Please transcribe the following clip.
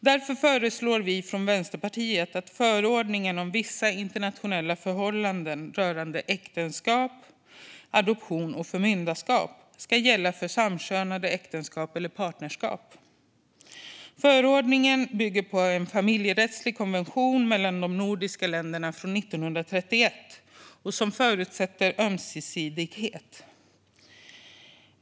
Därför föreslår vi från Vänsterpartiet att förordningen om vissa internationella förhållanden rörande äktenskap, adoption och förmyndarskap ska gälla för samkönade äktenskap och partnerskap. Förordningen bygger på en familjerättslig konvention mellan de nordiska länderna från 1931 som förutsätter ömsesidighet.